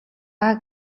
даа